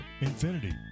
Infinity